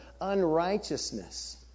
unrighteousness